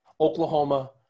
Oklahoma